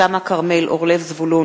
כרמל שאמה, זבולון